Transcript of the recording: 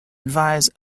advise